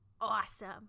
awesome